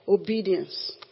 Obedience